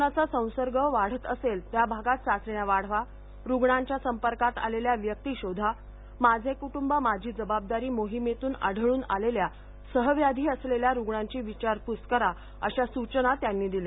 कोरोनाचा संसर्ग वाढत असेल त्या भागात चाचण्या वाढवा रुग्णांच्या संपर्कात आलेल्या व्यक्ती शोधा माझे कुटुंब माझी जबाबदारी मोहीमेतून आढळून आलेल्या सहव्याधी असलेल्या रुग्णांची विचारपूस करा अशा सूचना त्यांनी दिल्या